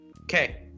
Okay